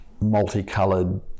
multicolored